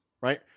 right